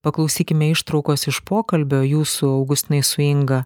paklausykime ištraukos iš pokalbio jūsų augustinai su inga